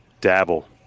Dabble